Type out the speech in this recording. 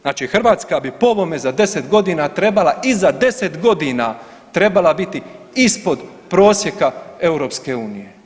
Znači Hrvatska bi po ovome za 10 godina trebala i za 10 godina trebala biti ispod prosjeka EU.